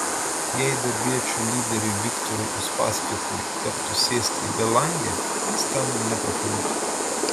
jei darbiečių lyderiui viktorui uspaskichui tektų sėsti į belangę jis ten neprapultų